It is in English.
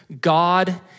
God